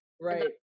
right